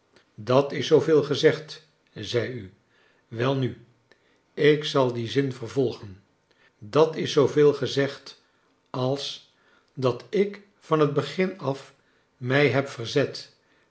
dat is zooveel gezegd zei u welnu ik zal dien zin vervolgen dat is zooveel gezegd als dat ik van het begin af mij heb verzet